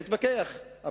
להתווכח,